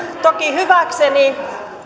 toki hyväkseni